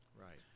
right